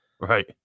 Right